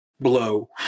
blow